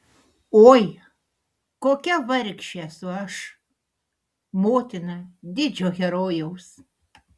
oi kokia vargšė esu aš motina didžio herojaus